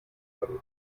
werden